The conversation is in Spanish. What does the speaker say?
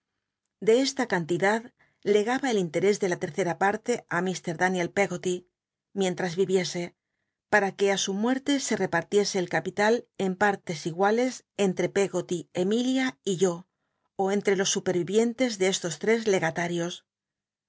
de esta cantidad legaba el interés de la t ercem parle i lr daniel peggoty micn tras i'iese para que hl mucrte se repartiese el capital en partes iguales cn tte pcggoty emilia y yo ú entre los supet i ientes de estos tres legatarios